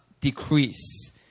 decrease